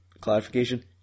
Clarification